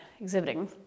exhibiting